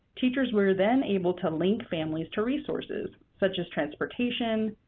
teachers were then able to link families to resources, such as transportation,